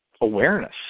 awareness